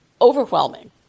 overwhelming